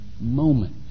moment